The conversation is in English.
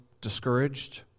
discouraged